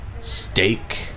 steak